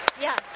yes